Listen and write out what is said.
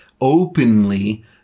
openly